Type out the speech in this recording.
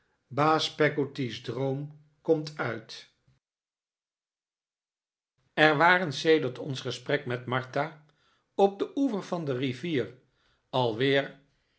baas peggotty's droom komt uit er waren sedert ons gesprek met martha op den oever van de rivier alweer